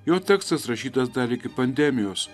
jo tekstas rašytas dar iki pandemijos